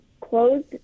closed